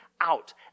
out